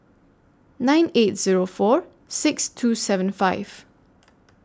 nine eight Zero four six two seven five